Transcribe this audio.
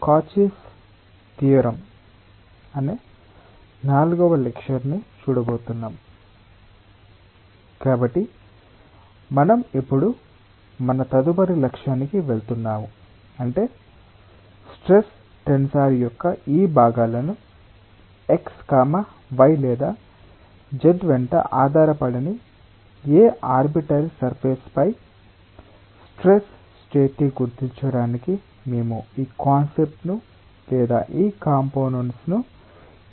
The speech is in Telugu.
కాబట్టి మనము ఇప్పుడు మన తదుపరి లక్ష్యానికి వెళ్తాము అంటే స్ట్రెస్ టెన్సర్ యొక్క ఈ భాగాలను x y లేదా z వెంట ఆధారపడని ఏ ఆర్బిటరీ సర్ఫేస్ పై స్ట్రెస్ స్టేట్ ని గుర్తించడానికి మేము ఈ కాన్సెప్ట్స్ ను లేదా ఈ కంపోనెంట్స్ ను ఎలా ఉపయోగించుకోవచ్చు